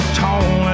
tall